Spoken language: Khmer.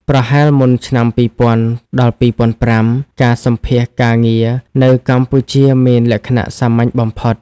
ប្រហែលមុនឆ្នាំ ២០០០-២០០៥ ការសម្ភាសន៍ការងារនៅកម្ពុជាមានលក្ខណៈសាមញ្ញបំផុត។